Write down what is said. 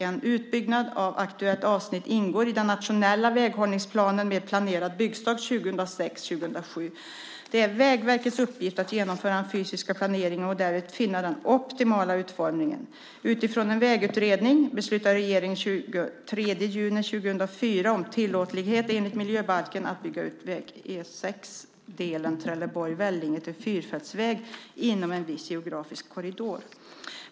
En utbyggnad av aktuellt avsnitt ingår i den nationella väghållningsplanen med planerad byggstart 2006/07. Det är Vägverkets uppgift att genomföra den fysiska planeringen och därvid finna den optimala utformningen. Utifrån en vägutredning beslutade regeringen den 23 juni 2004 om tillåtlighet enligt miljöbalken att bygga ut väg E 6, delen Trelleborg-Vellinge, till fyrfältsväg inom en viss geografisk korridor.